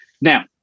Now